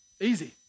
Easy